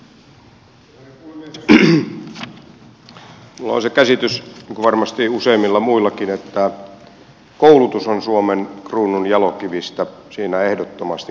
minulla on se käsitys niin kuin varmasti useimmilla muillakin että koulutus on suomen kruununjalokivistä ehdottomasti keskiössä